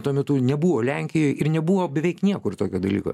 tuo metu nebuvo lenkijoj ir nebuvo beveik niekur tokio dalyko